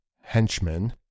henchmen